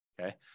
Okay